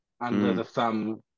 under-the-thumb